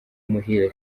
muhire